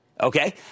okay